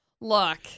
Look